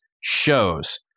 shows